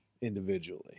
individually